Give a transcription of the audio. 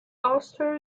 ulster